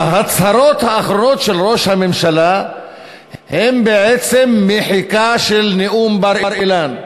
ההצהרות האחרונות של ראש הממשלה הן בעצם מחיקה של נאום בר-אילן.